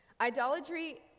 Idolatry